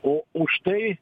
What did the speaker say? o už tai